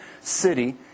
city